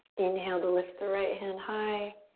inhale to lift the right hand high.